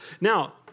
Now